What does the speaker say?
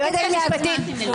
היועצת המשפטית, בבקשה.